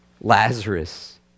Lazarus